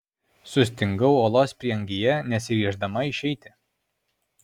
sustingau olos prieangyje nesiryždama išeiti